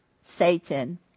Satan